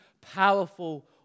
powerful